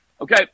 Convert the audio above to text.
okay